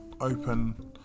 open